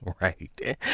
Right